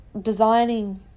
Designing